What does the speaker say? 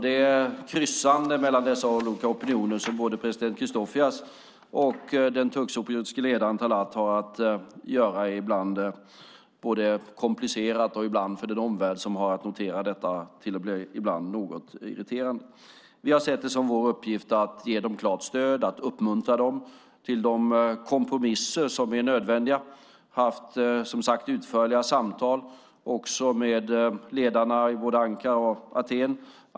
Det kryssande mellan dessa olika opinioner som både president Christofias och den turkcypriotiske ledaren Talat har att göra är ibland både komplicerat och för den omvärld som har att notera detta ibland något irriterande. Vi har sett det som vår uppgift att ge dem klart stöd, att uppmuntra dem till de kompromisser som är nödvändiga. Vi har som sagt haft utförliga samtal också med ledarna i både Ankara och Aten.